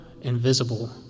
invisible